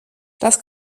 das